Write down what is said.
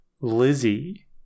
Lizzie